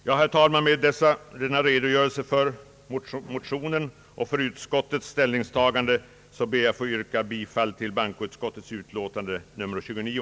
Med denna redogörelse, herr talman, för motionen och utskottets ställningstagande ber jag att få yrka bifall till bankoutskottets utlåtande nr 29.